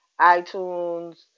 iTunes